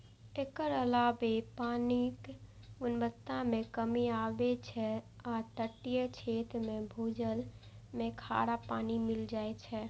एकर अलावे पानिक गुणवत्ता मे कमी आबै छै आ तटीय क्षेत्र मे भूजल मे खारा पानि मिल जाए छै